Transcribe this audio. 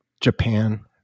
Japan